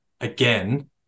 again